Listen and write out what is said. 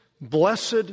blessed